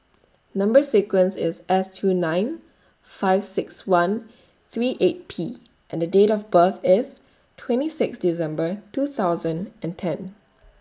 Number sequence IS S two nine five six one three eight P and Date of birth IS twenty six December two thousand and ten